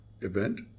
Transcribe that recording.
event